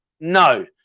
no